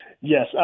Yes